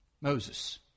Moses